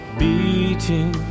beating